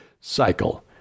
cycle